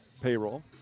payroll